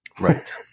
Right